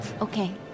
Okay